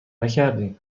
نکردیم